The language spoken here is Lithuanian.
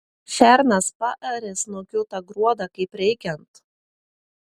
šernas paarė snukiu tą gruodą kaip reikiant